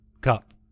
Cup